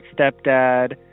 stepdad